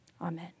Amen